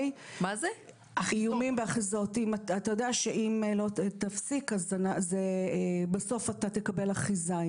אתה יודע שאם לא תפסיק, בסוף אתה תקבל אחיזה.